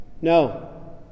No